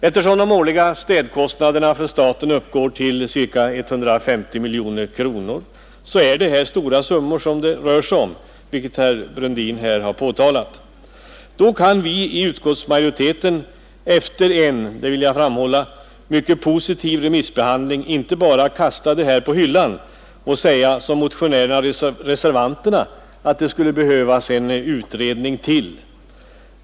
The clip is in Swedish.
Eftersom de årliga städkostnaderna för staten uppgår till ca 150 miljoner kronor, är det här stora summor som det rör sig om, vilket herr Brundin har nämnt. Då kan vi i utskottsmajoriteten efter en — det vill jag framhålla — mycket positiv remissbehandling inte bara kasta det här på hyllan och säga som motionärerna och reservanterna att det skulle behövas ytterligare en utredning.